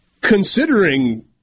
Considering